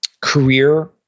career